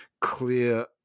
clear